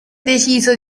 deciso